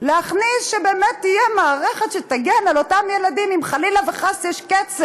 להכניס שבאמת תהיה מערכת שתגן על אותם ילדים אם חס וחלילה יש קצר,